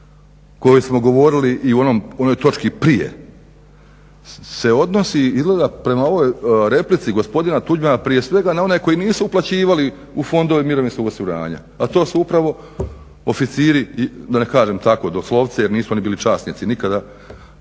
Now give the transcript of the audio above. kojoj smo govorili i u onoj točki prije se odnosi izgleda prema ovoj replici gospodina Tuđmana prije svega na one koji nisu uplaćivali u fondove mirovinskog osiguranja, a to su upravo oficiri i da ne kažem tako doslovce jer nisu oni bili časnici nikada,